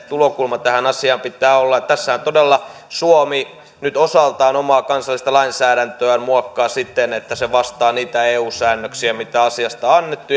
tulokulman tähän asiaan pitää olla tässähän todella suomi nyt osaltaan omaa kansallista lainsäädäntöään muokkaa siten että se vastaa niitä eu säännöksiä mitä asiasta on annettu